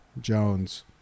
Jones